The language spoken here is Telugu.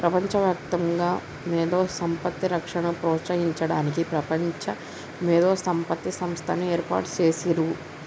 ప్రపంచవ్యాప్తంగా మేధో సంపత్తి రక్షణను ప్రోత్సహించడానికి ప్రపంచ మేధో సంపత్తి సంస్థని ఏర్పాటు చేసిర్రు